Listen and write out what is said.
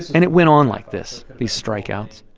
and it went on like this, these strikeouts.